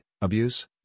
abuse